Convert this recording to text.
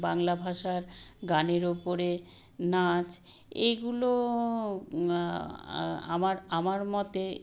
বাংলা ভাষার গানের উপরে নাচ এইগুলো আমার মতে